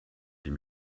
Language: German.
dem